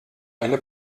eine